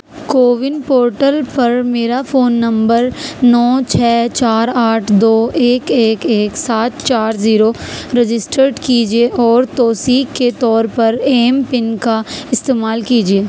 CoWIN portal پر میرا phone number نو چھ چار آٹھ دو ایک ایک ایک سات چار زیرو رجسٹرڈ کیجیے اور توثیق کے طور پر ایم پن کا استعمال کیجیے